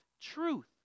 truth